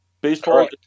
Baseball